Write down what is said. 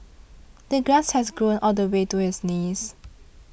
the grass had grown all the way to his knees